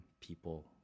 people